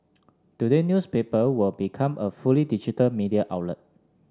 today newspaper will become a fully digital media outlet